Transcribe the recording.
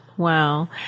Wow